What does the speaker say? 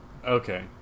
Okay